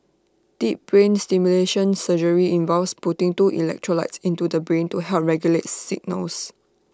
deep brain stimulation surgery involves putting two electrodes into the brain to help regulate the signals